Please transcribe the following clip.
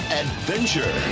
adventure